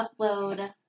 upload